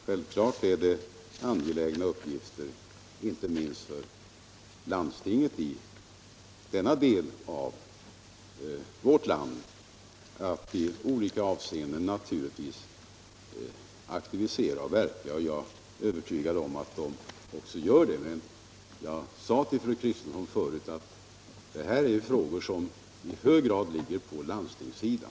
Självfallet är det en angelägen uppgift, inte minst för landstinget i denna del av vårt land, att aktivt verka på detta område. Jag är också övertygad om att detta görs, men när fru Kristensson kräver ytterligare vårdinsatser är det till landstinget som framställningen bör riktas.